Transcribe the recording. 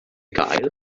gael